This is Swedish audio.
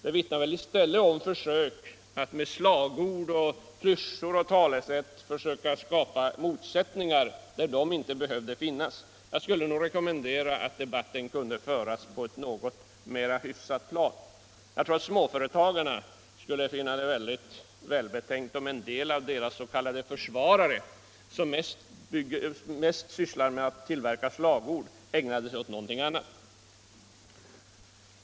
Det vittnar i stället om försök att med slagord, klyschor och talesätt skapa motsättningar där sådana inte behövde finnas. Jag skulle rekommendera att debatten fördes på ett något mer hyfsat plan. Jag tror att småföretagarna skulle finna det välbetänkt om en del av deras s.k. försvarare — som mest sysslar med att tillverka slagord — ägnade sig åt någonting annat.